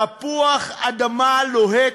תפוח-אדמה לוהט,